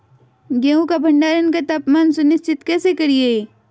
गेहूं का भंडारण का तापमान सुनिश्चित कैसे करिये?